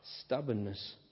stubbornness